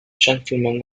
gentlemen